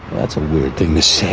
that's a weird thing to say.